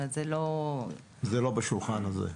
זה לא בשולחן הזה.